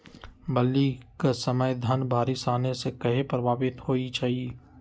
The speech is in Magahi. बली क समय धन बारिस आने से कहे पभवित होई छई?